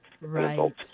Right